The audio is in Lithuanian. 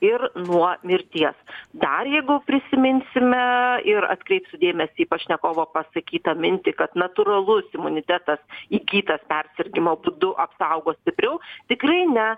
ir nuo mirties dar jeigu prisiminsime ir atkreipsiu dėmesį į pašnekovo pasakytą mintį kad natūralus imunitetas įgytas persirgimo būdų apsaugo stipriau tikrai ne